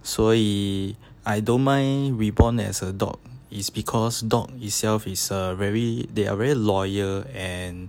所以 I don't mind reborn as a dog is because dog itself is a very they are very loyal and